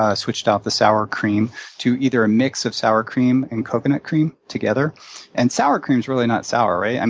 ah switched out the sour cream to either a mix of sour cream and coconut cream together and sour cream's really not sour, right? and